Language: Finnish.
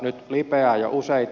nyt lipeää jo useita